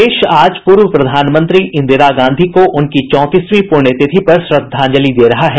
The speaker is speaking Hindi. देश आज पूर्व प्रधानमंत्री इंदिरा गांधी को उनकी चौंतीसवीं पुण्यतिथि पर श्रद्धांजलि दे रहा है